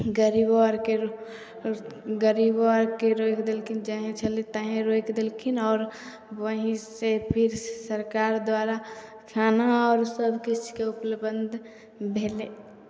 गरीब आरके गरीबो आरके रोइक देलखिन जही छलखिन तही रोइक देलखिन और वही से फिर सरकार द्वारा खाना और सब किछ के उपलबंध भेलय